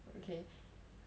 okay